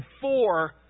four